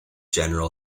general